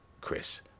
Chris